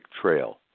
Trail